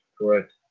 correct